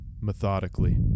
methodically